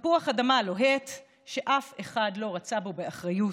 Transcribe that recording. תפוח אדמה לוהט שאף אחד לא רצה בו, באחריות,